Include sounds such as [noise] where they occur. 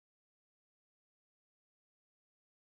[unintelligible]